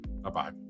Bye-bye